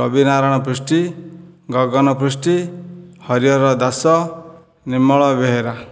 Rabinarayan Prusti Bhagaban Prusti Harihar Das Nirmal Behera